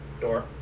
door